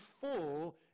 full